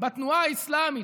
בתנועה האסלאמית,